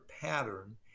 pattern